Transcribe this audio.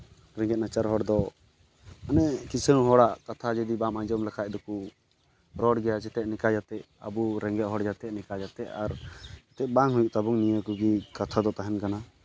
ᱨᱮᱸᱜᱮᱡ ᱱᱟᱪᱟᱨ ᱦᱚᱲ ᱫᱚ ᱢᱟᱱᱮ ᱠᱤᱥᱟᱹᱬ ᱦᱚᱲᱟᱜ ᱠᱟᱛᱷᱟ ᱡᱩᱫᱤ ᱵᱟᱢ ᱟᱸᱡᱚᱢ ᱞᱮᱠᱷᱟᱡ ᱫᱚᱠᱚ ᱨᱚᱲ ᱜᱮᱭᱟ ᱡᱟᱛᱮ ᱱᱚᱝᱠᱟ ᱡᱟᱛᱮ ᱟᱵᱚ ᱨᱮᱸᱜᱮᱡ ᱦᱚᱲ ᱡᱟᱛᱮ ᱱᱚᱝᱠᱟ ᱡᱟᱛᱮ ᱟᱨ ᱵᱟᱝ ᱦᱩᱭᱩᱜ ᱛᱟᱵᱚᱱ ᱱᱤᱭᱟᱹ ᱠᱚᱜᱮ ᱠᱟᱛᱷᱟ ᱫᱚ ᱛᱟᱦᱮᱱ ᱠᱟᱱᱟ